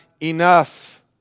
enough